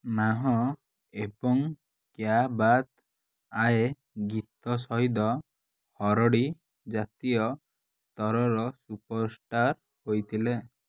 ନାହ ଏବଂ କ୍ୟା ବାତ୍ ଆଏ ଗୀତ ସହିତ ହରଡ଼ି ଜାତୀୟସ୍ତରର ସୁପରଷ୍ଟାର୍ ହୋଇଥିଲେ